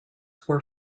were